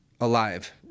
alive